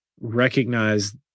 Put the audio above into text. Recognize